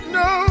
no